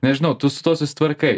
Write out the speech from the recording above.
nežinau tu su tuo susitvarkai